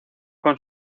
con